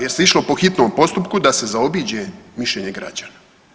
Jer se išlo po hitnom postupku da se zaobiđe mišljenje građana.